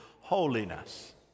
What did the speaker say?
holiness